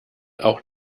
auch